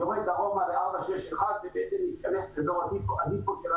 יורד דרומה ל-461 ולטייסים.